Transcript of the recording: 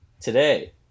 today